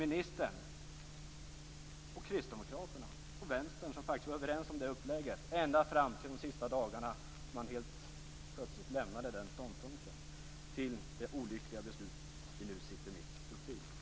Ministern, Kristdemokraterna och Vänstern var faktiskt överens om det upplägget ända fram till de sista dagarna då man helt plötsligt lämnade den ståndpunkten och vi fick det olyckliga beslut vi nu sitter mitt uppe i.